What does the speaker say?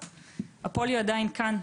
הפוליו עדיין כאן.